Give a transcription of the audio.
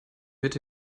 mit